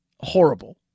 horrible